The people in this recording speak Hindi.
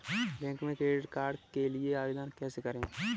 बैंक में क्रेडिट कार्ड के लिए आवेदन कैसे करें?